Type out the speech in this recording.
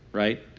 right?